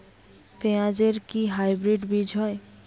পেঁয়াজ এর কি হাইব্রিড বীজ হয়?